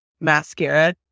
mascara